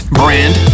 brand